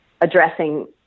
addressing